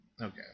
Okay